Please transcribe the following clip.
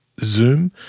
Zoom